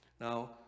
now